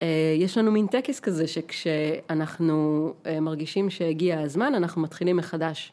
יש לנו מין טקס כזה שכשאנחנו מרגישים שהגיע הזמן אנחנו מתחילים מחדש.